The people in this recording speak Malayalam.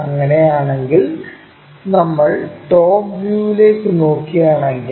അങ്ങനെയാണെങ്കിൽ നമ്മൾ ടോപ് വ്യൂവിലേക്ക് നോക്കുകയാണെങ്കിൽ